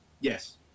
Yes